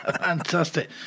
fantastic